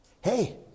Hey